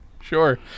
sure